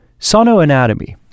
sonoanatomy